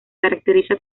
caracteriza